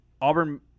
Auburn